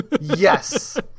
yes